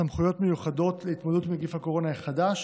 סמכויות מיוחדות להתמודדות עם נגיף הקורונה החדש